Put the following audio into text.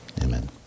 Amen